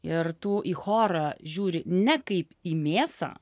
ir tu į chorą žiūri ne kaip į mėsą